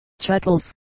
Chuckles